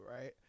Right